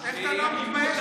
תודה רבה.